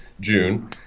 June